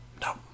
No